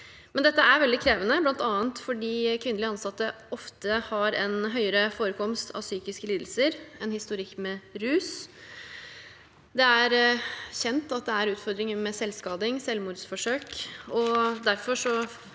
Dette er veldig krevende, bl.a. fordi kvinnelige innsatte ofte har en høyere forekomst av psykiske lidelser og en historikk med rus. Det er kjent at det er utfordringer med selvskading og selvmordsforsøk,